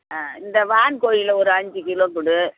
ஆ இந்த வான்கோழில ஒரு அஞ்சு கிலோ கொடு